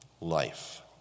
life